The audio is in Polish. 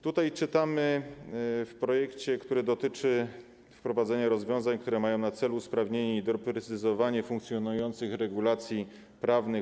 Tutaj czytamy, że projekt ustawy dotyczy wprowadzenia rozwiązań, które mają na celu usprawnienie i doprecyzowanie funkcjonujących regulacji prawnych.